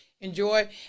enjoy